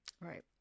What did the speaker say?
Right